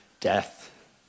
death